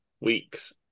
week's